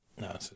no